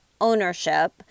ownership